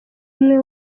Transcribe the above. umwe